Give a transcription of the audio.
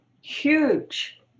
huge